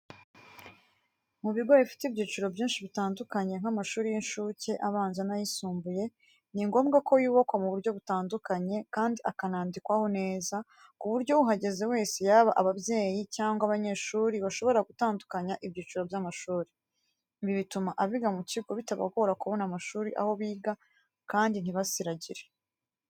Mu bigo bifite ibyiciro byinshi bitandukanye, nk’amashuri y’incuke, abanza n’ayisumbuye, ni ngombwa ko yubakwa mu buryo butandukanye, kandi akanandikwaho neza, ku buryo uhageze wese yaba ababyeyi cyangwa abanyeshuri bashobora gutandukanya ibyiciro by’amashuri. Ibi bituma abiga mu kigo bitabagora kubona amashuri aho biga kandi ntibasiragire.